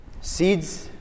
Seeds